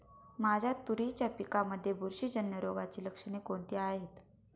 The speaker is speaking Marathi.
माझ्या तुरीच्या पिकामध्ये बुरशीजन्य रोगाची लक्षणे कोणती आहेत?